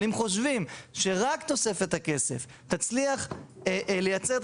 אבל אם חושבים שרק תוספת הכסף תצליח לייצר את